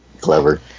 Clever